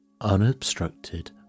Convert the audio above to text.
unobstructed